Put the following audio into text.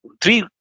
three